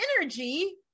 energy